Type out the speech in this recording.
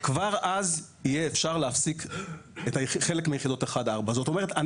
כבר אז יהיה אפשר להפסיק חלק מיחידות 4-1. זאת אומרת,